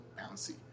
bouncy